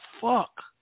fuck